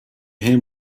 him